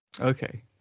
okay